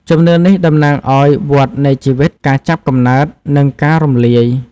ជំនឿនេះតំណាងឱ្យវដ្ដនៃជីវិត ការចាប់កំណើត និងការរំលាយ។